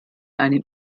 einem